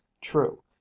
True